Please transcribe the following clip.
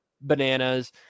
bananas